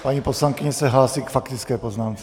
Paní poslankyně se hlásí k faktické poznámce.